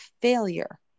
failure